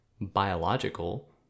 biological